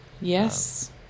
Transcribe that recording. Yes